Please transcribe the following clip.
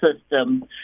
system